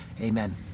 Amen